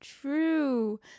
true